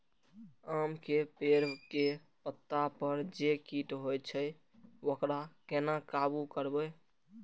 आम के पेड़ के पत्ता पर जे कीट होय छे वकरा केना काबू करबे?